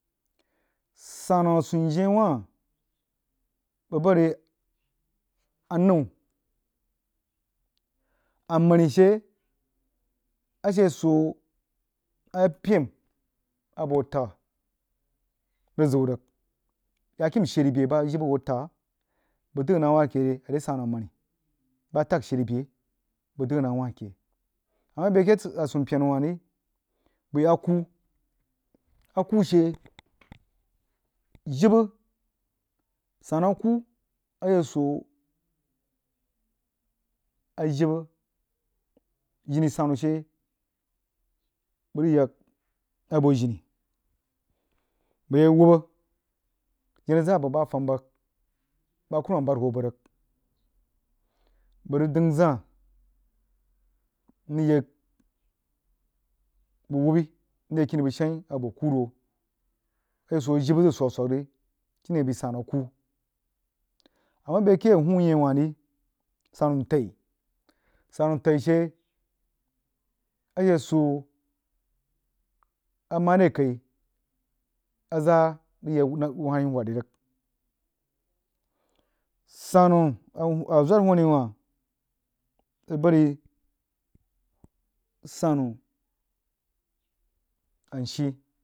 Sannu a sunjnyeh wah bəg bahd yo anəu, amani she a she swoh apəim a bəg hoh tagha rig ziu rig yakin sheri beh bah a jibə hoh tagha bəg dagha nah wahkeh a re sannu amani bah tag sheri beh bəg dəg nah wahleh a mah bəi akeh a sumpyena wah rí bəi aku, aku she jibə sannu aku a she swo a jibə jini sannu shee bəg rig yag a bo jini bə yah wabbah jenah zaa bəg bah fam bəg bah a kurumam bahd ho bəg rig bəg rig dərig zah mrig yag bəg wubbai mrig yek kini bəg shayi abo kuw ro a shee soh a jibə zəg swag a swag ri shene bəi sannu alai a mah beh keh a huunyeh wah ri sannu ntai sannu ntai she a she swoh a mare kai a zaah rig yag whadró rig yak whai wadri tig sannu a zwarhoni wah bəg bahd yi sannu ashi